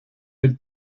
del